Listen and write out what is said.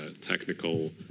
technical